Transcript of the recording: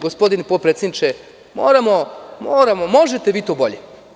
Gospodine potpredsedniče, možete vi to bolje.